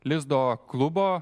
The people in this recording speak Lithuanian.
lizdo klubo